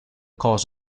cause